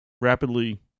rapidly